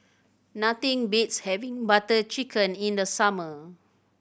nothing beats having Butter Chicken in the summer